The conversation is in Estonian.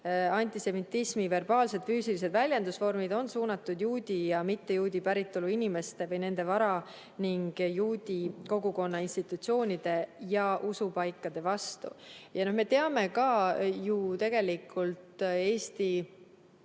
Antisemitismi verbaalsed ja füüsilised väljendusvormid on suunatud juudi ja mittejuudi päritolu inimeste või nende vara ning juutide kogukonna institutsioonide ja usupaikade vastu. Me teame ju, et ka Eestis,